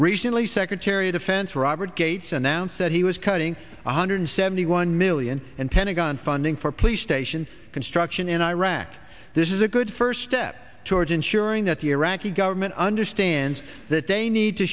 recently secretary of defense robert gates announced that he was cutting one hundred seventy one million and pentagon funding for police station construction in iraq this is a good first step towards ensuring that the iraqi government understands that they need to